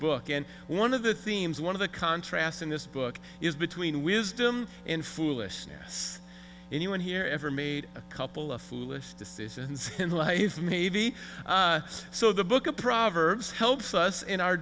book and one of the themes one of the contrasts in this book is between wisdom in foolishness anyone here ever made a couple of foolish decisions in life maybe so the book of proverbs helps us in our